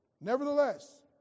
Nevertheless